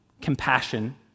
compassion